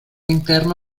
interno